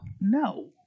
No